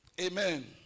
Amen